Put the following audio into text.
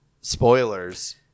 spoilers